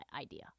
idea